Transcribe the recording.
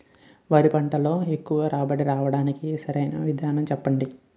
వరి పంటలో ఎక్కువ రాబడి రావటానికి సరైన విధానం చెప్పండి?